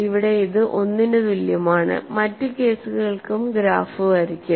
ഇവിടെ ഇത് 1 ന് തുല്യമാണ് മറ്റ് കേസുകൾക്കും ഗ്രാഫുകൾ വരയ്ക്കും